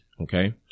Okay